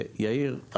יאיר.